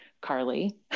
Carly